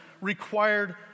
required